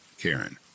Karen